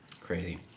Crazy